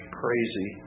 crazy